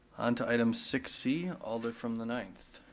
onto item six c, alder from the ninth.